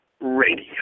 Radio